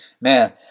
man